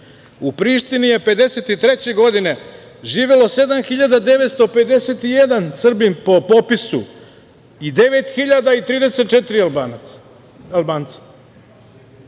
u Prištini 1953. godine živelo 7.951 Srbin po popisu i 9.034 Albanca.